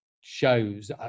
shows